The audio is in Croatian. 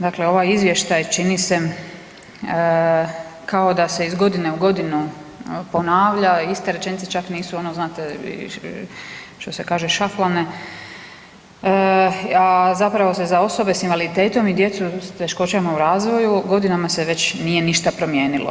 Dakle, ovaj izvještaj čini se kao da se iz godine u godinu ponavlja, iste rečenice, čak nisu ono znate što se kaže šaflane, a zapravo se za osobe s invaliditetom i djecu s teškoćama u razvoju godinama se već nije ništa promijenilo.